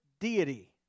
deity